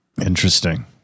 Interesting